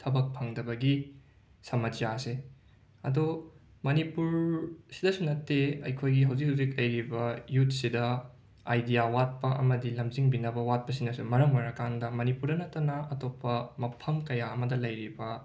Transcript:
ꯊꯕꯛ ꯐꯪꯗꯕꯒꯤ ꯁꯃꯁ꯭ꯌꯥ ꯑꯁꯤ ꯑꯗꯨ ꯃꯅꯤꯄꯨꯔ ꯁꯤꯗꯁꯨ ꯅꯠꯇꯦ ꯑꯩꯈꯣꯏꯒꯤ ꯍꯧꯖꯤꯛ ꯍꯧꯖꯤꯛ ꯂꯩꯔꯤꯕ ꯌꯨꯠꯁꯤꯗ ꯑꯥꯏꯗꯤꯌꯥ ꯋꯥꯠꯄ ꯑꯃꯗꯤ ꯂꯝꯖꯤꯡꯕꯤꯅꯕ ꯋꯥꯠꯄꯁꯤꯅꯁꯨ ꯃꯔꯝ ꯑꯣꯏꯔꯀꯥꯟꯗ ꯃꯅꯤꯄꯨꯔꯗ ꯅꯠꯇꯅ ꯑꯇꯣꯞꯄ ꯃꯐꯝ ꯀꯌꯥ ꯑꯃꯗ ꯂꯩꯔꯤꯕ